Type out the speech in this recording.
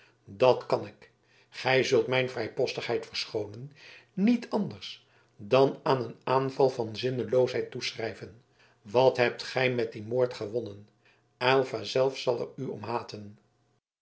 dat kan ik gij zult mijn vrijpostigheid verschoonen niet anders dan aan een aanval van zinneloosheid toeschrijven wat hebt gij met dien moord gewonnen aylva zelf zal er u om haten